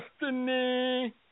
destiny